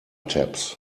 taps